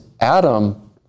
Adam